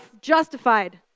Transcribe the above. justified